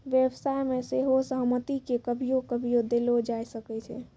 व्यवसाय मे सेहो सहमति के कभियो कभियो देलो जाय सकै छै